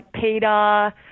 Peter